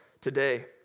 today